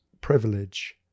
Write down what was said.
privilege